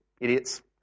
idiots